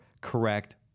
correct